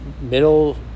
middle